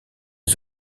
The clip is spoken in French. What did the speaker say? les